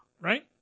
right